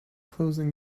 closing